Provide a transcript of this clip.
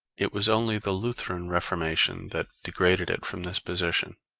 it was only the lutheran reformation that degraded it from this position.